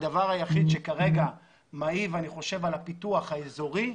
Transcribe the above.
הדבר היחיד שכרגע מעיב את הפיתוח האזורי,